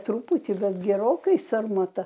truputį bet gerokai sarmata